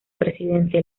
presidente